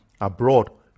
abroad